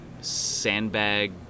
sandbag